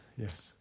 yes